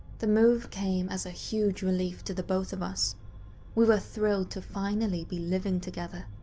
the move came as a huge relief to the both of us we were thrilled to finally be living together.